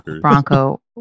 Bronco